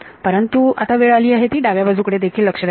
परंतु आता वेळ आली आहे ती डाव्या बाजूकडे देखील लक्ष देण्याची